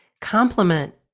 complement